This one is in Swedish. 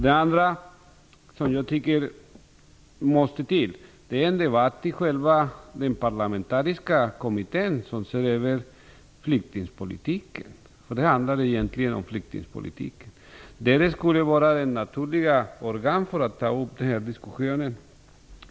Det måste också föras en debatt i den parlamentariska kommittén, som ser över flyktingpolitiken - det handlar egentligen om flyktingpolitiken. Den borde vara det naturliga organet att ta upp den här diskussionen.